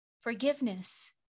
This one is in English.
forgiveness